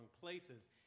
places